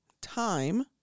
Time